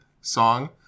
song